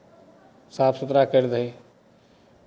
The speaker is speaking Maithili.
साफ सुथरा करि दही